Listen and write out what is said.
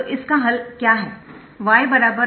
तो इसका हल क्या है y बराबर